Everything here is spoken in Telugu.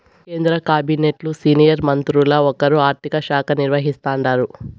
కేంద్ర కాబినెట్లు సీనియర్ మంత్రుల్ల ఒకరు ఆర్థిక శాఖ నిర్వహిస్తాండారు